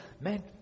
Man